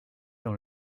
dans